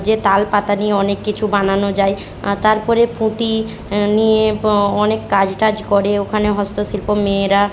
যে তালপাতা নিয়ে অনেক কিছু বানানো যায় তার পরে পুঁতি নিয়ে অনেক কাজ টাজ করে ওখানে হস্তশিল্প মেয়েরা